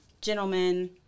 gentlemen